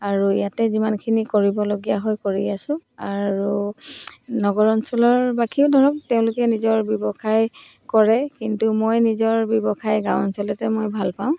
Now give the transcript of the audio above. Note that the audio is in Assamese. আৰু ইয়াতে যিমানখিনি কৰিবলগীয়া হৈ কৰি আছো আৰু নগৰ অঞ্চলৰ বাকীও ধৰক তেওঁলোকে নিজৰ ব্যৱসায় কৰে কিন্তু মই নিজৰ ব্যৱসায় গাঁও অঞ্চলতে মই ভালপাওঁ